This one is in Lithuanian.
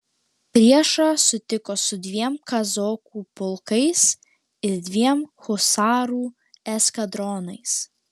priešą sutiko su dviem kazokų pulkais ir dviem husarų eskadronais